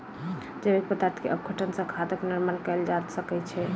जैविक पदार्थ के अपघटन सॅ खादक निर्माण कयल जा सकै छै